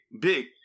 big